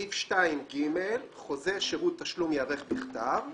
2(ג): "חוזה שירותי תשלום ייערך בכתב,